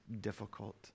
difficult